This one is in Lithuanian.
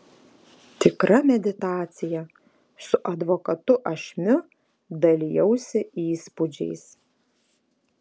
tikra meditacija su advokatu ašmiu dalijausi įspūdžiais